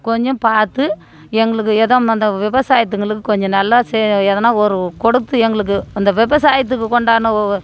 கொஞ்சம் பார்த்து எங்களுக்கு ஏதோ இந்த இந்த விவசாயத்துங்களுக்கு கொஞ்சம் நல்லா செ எதுனா ஒரு கொடுத்து எங்களுக்கு அந்த விவசாயத்துக்கு கொண்டான ஒ